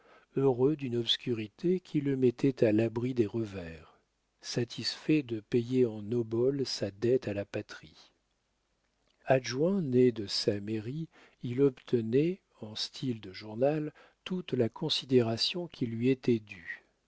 heureux d'une obscurité qui le mettait à l'abri des revers satisfait de payer en oboles sa dette à la patrie adjoint né de sa mairie il obtenait en style de journal toute la considération qui lui était due